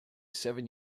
seven